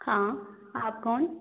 हाँ आप कौन